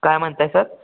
काय म्हणताय सर